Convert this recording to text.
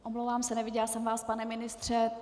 Omlouvám se, neviděla jsem vás, pane ministře.